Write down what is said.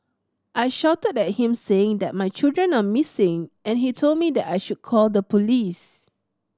I shouted at him saying that my children are missing and he told me that I should call the police